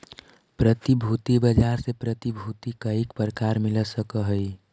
प्रतिभूति बाजार से प्रतिभूति कईक प्रकार मिल सकऽ हई?